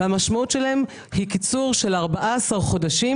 והמשמעות שלהם היא קיצור של 14 חודשים